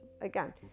Again